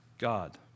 God